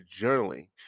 journaling